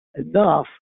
enough